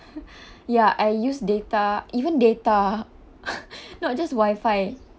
ya I use data even data not just wifi